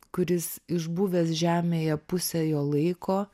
kuris išbuvęs žemėje pusę jo laiko